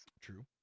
True